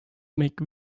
make